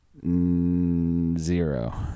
Zero